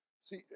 See